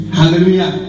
hallelujah